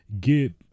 get